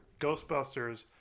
Ghostbusters